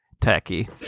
tacky